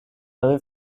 away